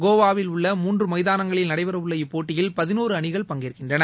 கோவாவில் உள்ள மூன்று மைதானங்களில் நடைபெற உள்ள இப்போட்டியில் பதினோரு அணிகள் பங்கேற்கின்றன